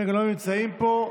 רגע, הם לא נמצאים פה.